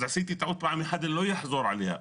אז עשיתי טעות פעם אחת, אני לא אחזור עליה.